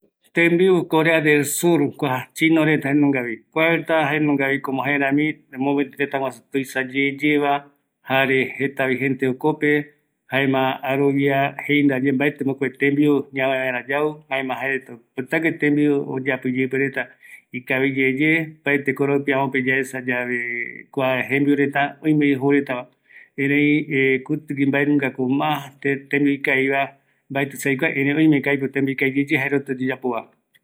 ﻿Tembiu Korera del Sur kua Chino reta jaenungavi, kua reta jaenjungavi, komo jaerami, mopeti tëtaguasu tuisayeyeva jare jetavi jente jokope, jaema arovia jeindaye, mbaetima jokope tembiu ñavae vaera yau, jaema jaereta oipotague tembiu oyapo iyeipe reta, ikaviyeye opaete koropi amope yaesayave kua jembiureta, oimevi jouretava erei kutigui mbaenungako, ma te tembiu ikaviva, mbaeti se aikua, erei oimeko aipo tembiu ikaviyeye jaereta oyapova